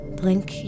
blink